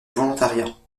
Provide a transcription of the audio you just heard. volontariat